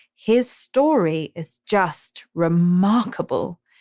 his story is just remarkable.